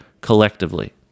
collectively